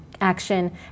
action